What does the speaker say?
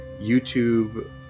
YouTube